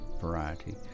variety